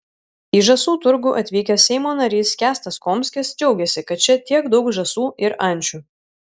į žąsų turgų atvykęs seimo narys kęstas komskis džiaugėsi kad čia tiek daug žąsų ir ančių